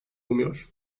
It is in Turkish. umuyor